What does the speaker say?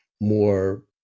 more